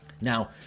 Now